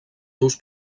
seus